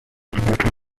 inaczej